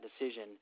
decision